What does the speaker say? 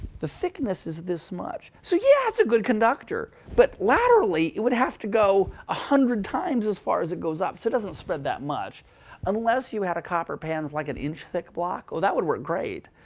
the thickness is this much. so yeah, it's a good conductor. but laterally, it would have to go one ah hundred times as far as it goes up. so it doesn't spread that much unless you have a copper pan with like, an inch thick block. oh, that would work great.